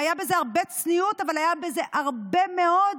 הייתה בזה הרבה צניעות, אבל היה בזה הרבה מאוד